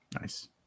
Nice